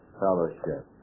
fellowship